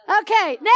Okay